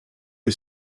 que